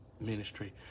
ministry